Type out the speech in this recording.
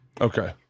Okay